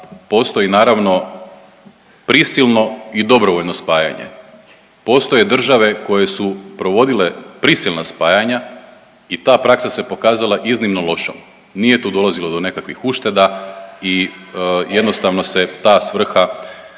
postoji naravno prisilno i dobrovoljno spajanje, postoje države koje su provodile prisilna spajanja i ta praksa se pokazala iznimno lošom, nije tu dolazilo do nekakvih ušteda i jednostavno se ta svrha